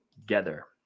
together